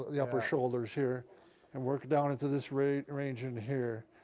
the upper shoulders here and work down into this range range in here.